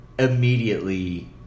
Immediately